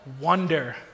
wonder